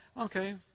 Okay